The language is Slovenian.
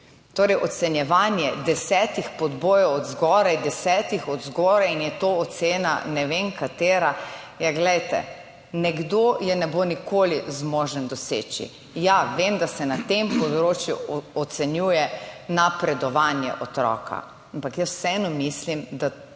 Torej ocenjevanje desetih podbojev od zgoraj, desetih od zgoraj in je to ocena, ne vem, katera. Ja, glejte, nekdo je ne bo nikoli zmožen doseči. Ja, vem, da se na tem področju ocenjuje napredovanje otroka, ampak jaz vseeno mislim, da